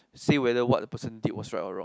say whether what a person did was right or wrong